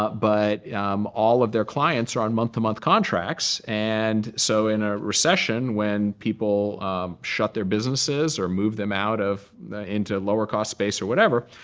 but all of their clients are on month-to-month contracts. and so in a recession when people shut their businesses or move them out of into lower cost space or whatever,